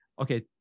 Okay